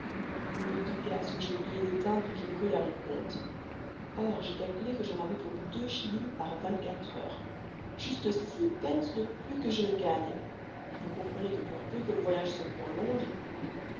mon bec de gaz que j'ai oublié d'éteindre et qui brûle à mon compte or j'ai calculé que j'en avais pour deux shillings par vingt-quatre heures juste six pence de plus que je ne gagne et vous comprenez que pour peu que le voyage se prolonge